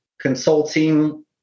consulting